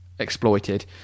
exploited